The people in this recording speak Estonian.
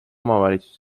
omavalitsuse